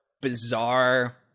bizarre